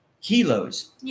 kilos